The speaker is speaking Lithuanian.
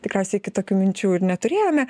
tikriausiai kitokių minčių ir neturėjome